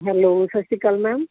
hello ਸਤਿ ਸ਼੍ਰੀ ਅਕਾਲ ਮੈਮ